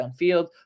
downfield